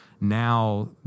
now